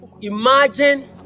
Imagine